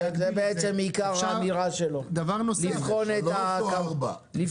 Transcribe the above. זה בעצם עיקר האמירה שלו, לבחון את הכמות.